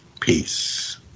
peace